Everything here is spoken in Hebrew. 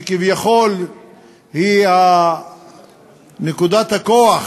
שכביכול היא נקודת הכוח